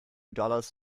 dollars